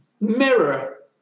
mirror